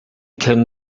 can